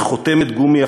כחותמת גומי,